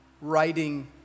writing